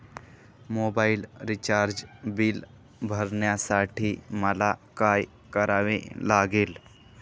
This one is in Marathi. मोबाईल रिचार्ज बिल भरण्यासाठी मला काय करावे लागेल?